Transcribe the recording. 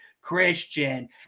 christian